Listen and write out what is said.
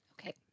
Okay